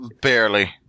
Barely